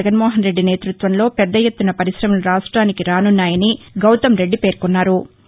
జగన్మోహన్ రెడ్డి నేతృత్వంలో పెద్ద ఎత్తున పరిశమలు రాష్ట్రెంనికి రానున్నాయని గౌతమ్ రెడ్డి పేర్కొన్నారు